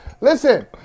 Listen